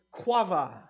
quava